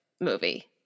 movie